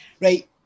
Right